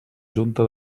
junta